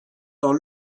dans